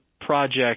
project